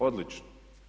Odlično!